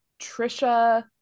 Trisha